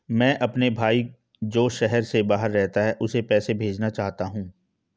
मैं अपने भाई जो शहर से बाहर रहता है, उसे पैसे भेजना चाहता हूँ